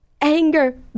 Anger